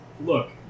look